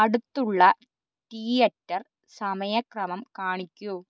അടുത്തുള്ള തിയേറ്റർ സമയക്രമം കാണിക്കൂ